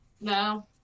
No